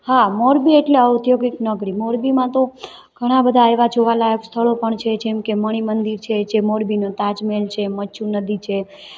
હા મોરબી એટલે ઔદ્યોગિક નગરી મોરબીમાં તો ઘણાં બધા એવા જોવાલાયક સ્થળો પણ છે જેમ કે મણિમંદિર છે જે મોરબીનો તાજમહેલ છે મચ્છુ નદી છે